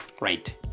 right